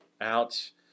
Ouch